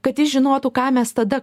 kad jis žinotų ką mes tada